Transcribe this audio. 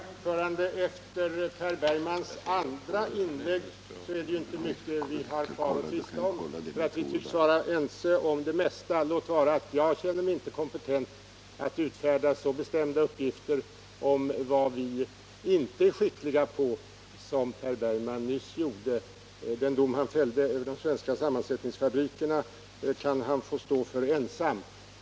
Herr talman! Efter Per Bergmans andra inlägg finns det inte mycket vi har kvaratttvista om. Vi tycks vara ense om det mesta, låt vara att jag inte känner mig kompetent att utfärda så bestämda uppgifter om vad vi inte är skickliga på som Per Bergman nyss gjorde. Den dom han fällde över de svenska sammansättningsfabrikerna kan han få stå för ensam.